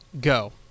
go